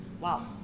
Wow